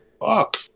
Fuck